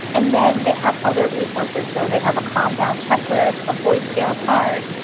and then they have other resources. so they have a calm down checklist, ah voice scale chart.